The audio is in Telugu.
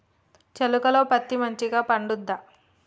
చేలుక లో పత్తి మంచిగా పండుద్దా?